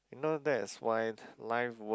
you know that is why life work